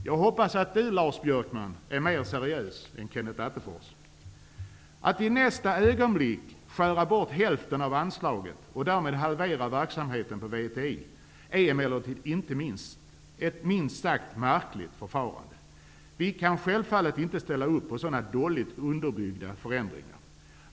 Jag hoppas att Lars Björkman är mer seriös än Kenneth Att i nästa ögonblick skära bort hälften av anslaget och därmed halvera VTI:s verksamhet är emellertid ett minst sagt märkligt förfarande. Vi kan självfallet inte ställa upp på sådana dåligt underbyggda förändringar.